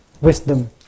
wisdom